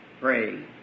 pray